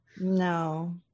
No